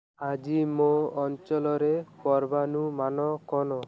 ଆଜି ମୋ ଅଞ୍ଚଳରେ ପୂର୍ବାନୁମାନ କ'ଣ